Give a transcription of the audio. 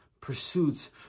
pursuits